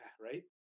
right